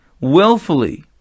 willfully